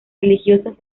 religiosas